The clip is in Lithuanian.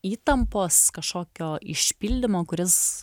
įtampos kažkokio išpildymo kuris